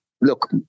Look